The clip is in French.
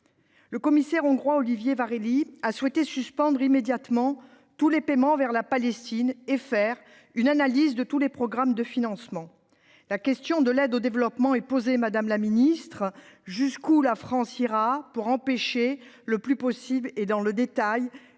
Le commissaire hongrois Olivér Várhelyi a souhaité suspendre immédiatement tous les paiements à destination de la Palestine et effectuer une analyse de tous les programmes de financement. La question de l’aide au développement est posée. Jusqu’où la France ira-t-elle pour empêcher le plus possible, et dans le détail,